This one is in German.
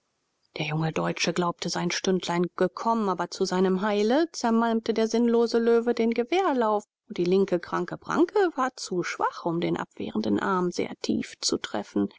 der junge deutsche glaubte sein stündlein gekommen aber zu seinem heile zermalmte der sinnlose löwe den gewehrlauf und die linke kranke pranke war zu schwach um den abwehrenden arm sehr tief zu treffen